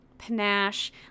panache